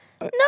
No